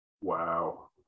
Wow